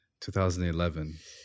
2011